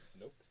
Nope